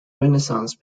renaissance